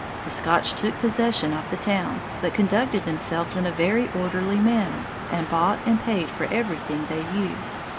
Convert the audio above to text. the scotch took possession of the town, but conducted themselves in a very orderly manner, and bought and paid for every thing they used.